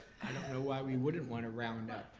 know why we wouldn't wanna round up.